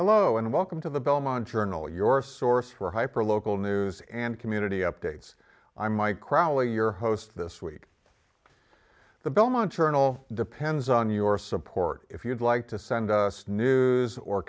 hello and welcome to the belmont journal your source for hyper local news and community updates i'm my crowley your host this week the belmont journal depends on your support if you'd like to send us news or